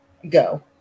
go